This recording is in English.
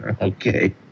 Okay